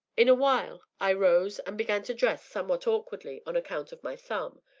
in a while i rose and began to dress somewhat awkwardly, on account of my thumb,